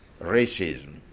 racism